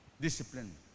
discipline